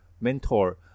mentor